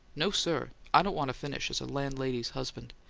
no, sir i don't want to finish as a landlady's husband!